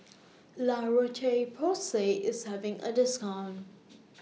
La Roche Porsay IS having A discount